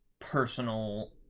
personal